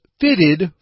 fitted